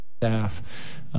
staff